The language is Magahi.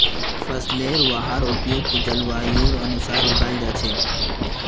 फसलेर वहार उपयुक्त जलवायुर अनुसार उगाल जा छेक